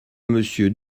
monsieur